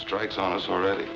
strikes on us already